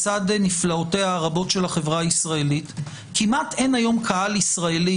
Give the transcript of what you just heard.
בצד נפלאותיה הרבות של החברה הישראלית כמעט אין היום קהל ישראלי